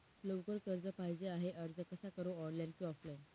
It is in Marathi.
लवकर कर्ज पाहिजे आहे अर्ज कसा करु ऑनलाइन कि ऑफलाइन?